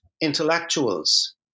intellectuals